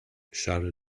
sharon